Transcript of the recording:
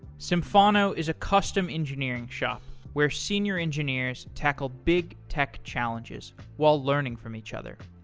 symphono is a custom engineering shop where senior engineers tackle big tech challenges while learning from each other.